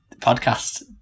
podcast